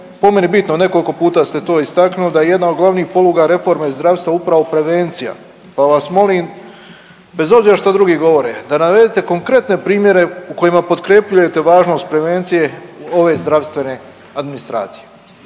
po meni bitno, nekoliko puta ste to istaknuli da je jedna od glavnih poluga reforme zdravstva upravo prevencija, pa vas molim bez obzira što drugi govore da navedete konkretne primjere u kojima potkrepljujete važnost prevencije ove zdravstvene administracije.